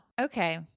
okay